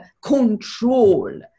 control